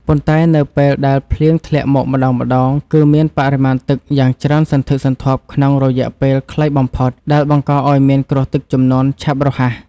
ប៉ុន្តែនៅពេលដែលភ្លៀងធ្លាក់មកម្ដងៗ គឺមានបរិមាណទឹកយ៉ាងច្រើនសន្ធឹកសន្ធាប់ក្នុងរយៈពេលខ្លីបំផុត ដែលបង្កឱ្យមានគ្រោះទឹកជំនន់ឆាប់រហ័ស។